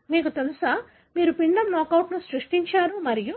కాబట్టి మీకు తెలుసా మీరు పిండ నాకౌట్ను సృష్టిస్తారు మరియు